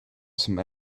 some